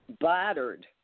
battered